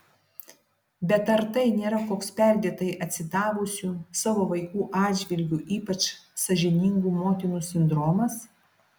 bet ar tai nėra koks perdėtai atsidavusių savo vaikų atžvilgiu ypač sąžiningų motinų sindromas